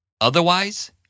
Otherwise